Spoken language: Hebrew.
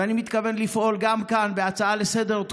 ואני מתכוון לפעול גם כאן בהצעה לסדר-היום